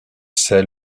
sait